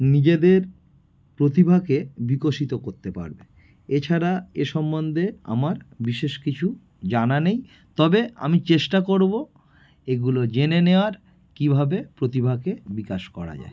নিজেদের প্রতিভাকে বিকশিত করতে পারবে এছাড়া এ সম্বন্দে আমার বিশেষ কিছু জানা নেই তবে আমি চেষ্টা করবো এগুলো জেনে নেওয়ার কীভাবে প্রতিভাকে বিকাশ করা যায়